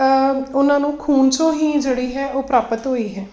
ਉਹਨਾਂ ਨੂੰ ਖੂਨ 'ਚੋਂ ਹੀ ਜਿਹੜੀ ਹੈ ਉਹ ਪ੍ਰਾਪਤ ਹੋਈ ਹੈ